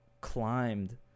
climbed